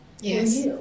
Yes